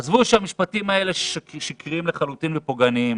עזבו את זה שהמשפטים האלה שקריים לחלוטין ופוגעניים.